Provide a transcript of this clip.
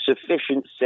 sufficient